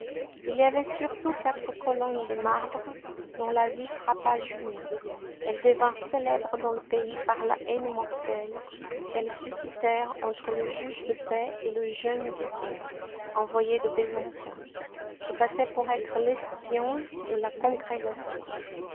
il y avait surtout quatre colonnes de marbre dont la vue frappa julien elles devinrent célèbres dans le pays par la haine mortelle qu'elles suscitèrent entre le juge de paix et le jeune vicaire envoyé de besançon qui passait pour être l'espion de la congrégation